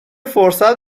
فرصت